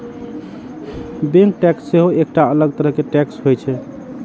bank tax सेहो एकटा अलग तरह टैक्स होइ छै